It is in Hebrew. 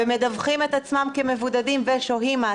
הוא עבד שבעה ימים?